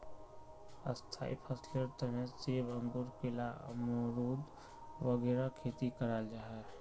स्थाई फसलेर तने सेब, अंगूर, केला, अमरुद वगैरह खेती कराल जाहा